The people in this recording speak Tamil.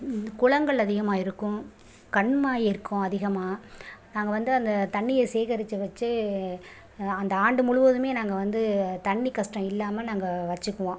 குளங்கள் அதிகமாக இருக்கும் கண்மாய் இருக்கும் அதிகமாக நாங்கள் வந்து அந்த தண்ணியை சேகரிச்சு வச்சு அந்த ஆண்டு முழுவதுமே நாங்கள் வந்து தண்ணி கஷ்டம் இல்லாமல் நாங்கள் வச்சுக்குவோம்